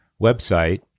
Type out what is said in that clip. website